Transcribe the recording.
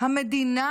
המדינה